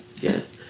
Yes